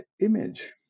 image